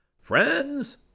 Friends